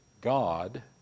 God